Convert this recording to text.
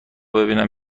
ببینم